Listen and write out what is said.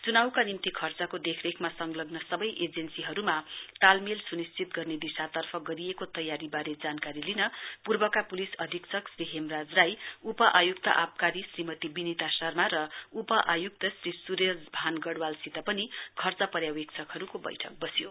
चुनाउका निम्ति खर्चाको देखरेखमा संलग्न सबै अजेन्सीहरुमा तालमेल सुनिश्चित गर्ने दिर्शातर्फ गरिएको तयारी वारे जानकारी लिन पूर्वका पुलिस अधीक्षक श्री हेमराज राईउप आयुक्त आवकारी श्रीमती विनिता शर्मा र उप आयुक्त श्री सुरज मान गढ़वालसित पनि खर्चा वर्यावेक्षकहरुको बैठक वस्यो